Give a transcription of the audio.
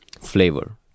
flavor